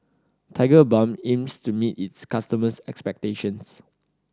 Tigerbalm aims to meet its customers expectations